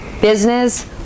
business